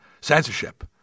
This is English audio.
censorship